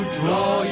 draw